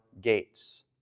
gates